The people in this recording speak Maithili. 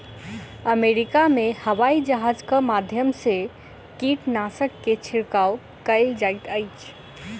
अमेरिका में हवाईजहाज के माध्यम से कीटनाशक के छिड़काव कयल जाइत अछि